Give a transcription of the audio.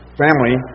family